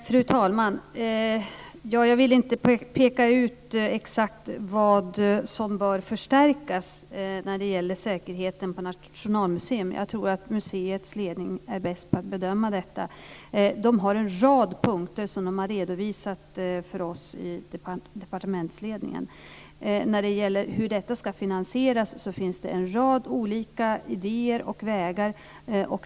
Fru talman! Jag vill inte peka ut exakt vad som bör förstärkas när det gäller säkerheten på Nationalmuseum. Jag tror att museets ledning är bäst på att bedöma detta. De har en rad punkter som de har redovisat för oss i departementsledningen. När det gäller hur detta ska finansieras finns det en rad olika idéer och vägar.